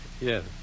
Yes